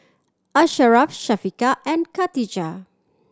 Asharaff Syafiqah and Khatijah